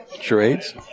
Charades